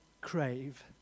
crave